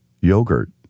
yogurt